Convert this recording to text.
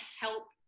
help